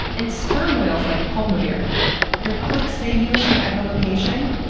and sperm whales like, hold muh beer the clicks they use for echolocation,